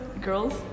girls